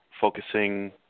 focusing